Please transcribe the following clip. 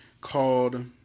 called